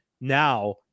now